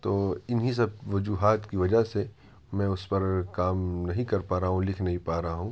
تو انہیں سب وجوہات کی وجہ سے میں اس پر کام نہیں کر پا رہا ہوں لکھ نہیں پا رہا ہوں